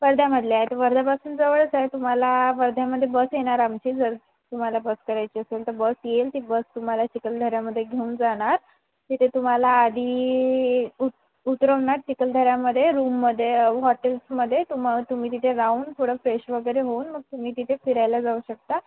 वर्ध्यामधले आहे तर वर्ध्यापासून जवळच आहे तुम्हाला वर्ध्यामध्ये बस येणार आमची जर तुम्हाला बस करायची असेल तर बस येईल ती बस तुम्हाला चिखलदऱ्यामध्ये घेऊन जाणार तिथे तुम्हाला आधी उत उतरवणार चिखलदऱ्यामध्ये रूममध्ये हॉटेल्समध्ये तुम तुम्ही तिथे राहून थोडं फ्रेश वगैरे होऊन मग तुम्ही तिथे फिरायला जाऊ शकता